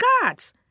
gods